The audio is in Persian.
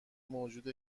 موجود